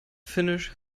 finish